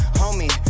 homie